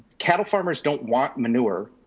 cattle farmers don't want manure,